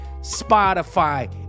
Spotify